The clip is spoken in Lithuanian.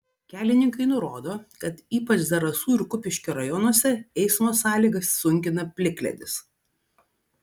kelininkai nurodo kad ypač zarasų ir kupiškio rajonuose eismo sąlygas sunkina plikledis